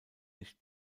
nicht